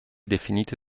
definite